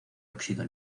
óxido